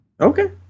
Okay